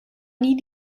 nie